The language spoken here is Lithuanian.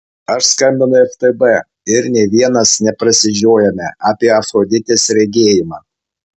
aš skambinu į ftb ir nė vienas neprasižiojame apie afroditės regėjimą